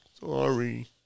Sorry